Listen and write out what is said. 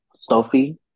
Sophie